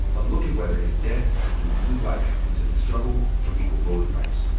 look at whether his death could breathe new life into the struggle for equal voting rights.